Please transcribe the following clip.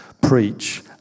preach